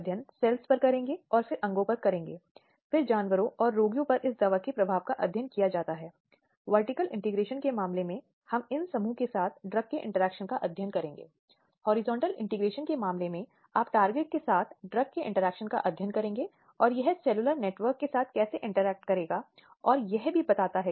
किस अर्थ में इसे चौड़ा किया गया था क्योंकि इसे शामिल किया गया था इसे विस्तृत परिस्थितियों में एक आदमी द्वारा एक महिला के शरीर के साथ ज़बरदस्ती गैर सहमति से हस्तक्षेप या हेरफेर के विभिन्न रूपों को शामिल करने के लिए चौड़ा या परिभाषित किया गया था